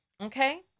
Okay